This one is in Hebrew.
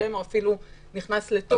אפילו נכנס לתוקף.